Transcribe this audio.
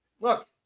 look